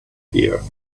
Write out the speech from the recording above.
here